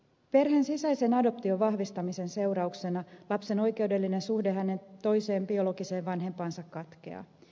perheen sisäisen adoption vahvistamisen seurauksena lapsen oikeudellinen suhde hänen toiseen biologiseen vanhempaansa katkeaa